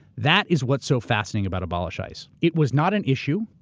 that is what so fascinating about abolish ice. it was not an issue,